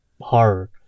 horror